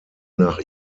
nach